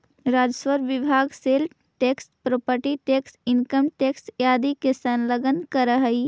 राजस्व विभाग sale tax property tax income tax आदि के संकलन करऽ हई